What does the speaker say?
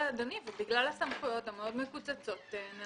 אדוני, זה בגלל הסמכויות המאוד מפוצצות.